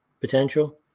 Potential